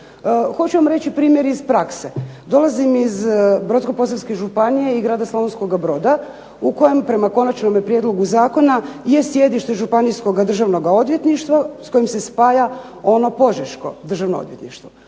Hoću vam reći primjer iz prakse. Dolazim iz Brodsko-posavske županije i grada Slavonskoga broda u kojem prema konačnome prijedlogu zakona je sjedište Županijskog državnog odvjetništva s kojim se spaja ono Požeško državno odvjetništvo.